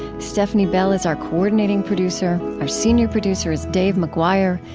stefni bell is our coordinating producer. our senior producer is dave mcguire.